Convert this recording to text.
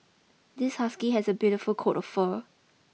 this husky has a beautiful coat of fur